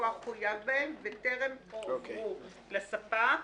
שהלקוח חויב בהם וטרם הועברו לספק.